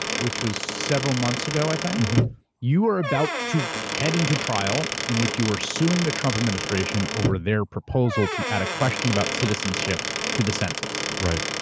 which was several months ago i you were about to head into trial in which you were suing the trump administration over their proposal to add a question about citizenship to the census. right.